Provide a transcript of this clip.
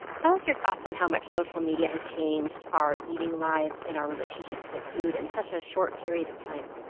tell us your thoughts on how much social media has changed our eating lives and our relationship to food in such a short period of time